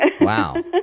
Wow